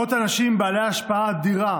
מאות אנשים בעלי השפעה אדירה